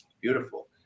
beautiful